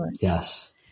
Yes